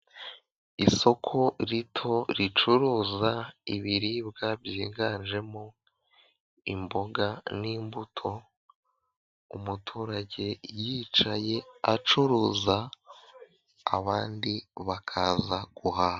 Isoko rito ricuruza ibiribwa byiganjemo imboga n'imbuto, umuturage yicaye acuruza abandi bakaza guhaha.